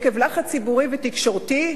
עקב לחץ ציבורי ותקשורתי,